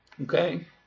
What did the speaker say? Okay